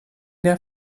der